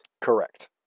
Correct